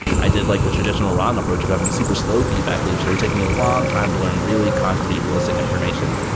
i did like the traditional wrong approach of having super slow feedback loops. they were taking me a long time to learn really concrete realistic information.